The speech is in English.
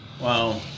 Wow